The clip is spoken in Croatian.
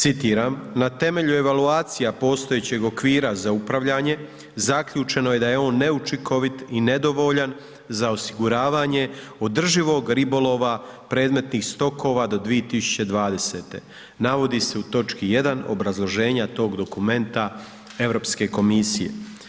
Citiram, na temelju evaluacija postojećeg okvira za upravljanje zaključeno je da je on neučinkovit i nedovoljan za osiguravanja održivog ribolova predmetnih stokova do 2020., navodi se u točki 1. obrazloženja tog dokumenta Europske komisije.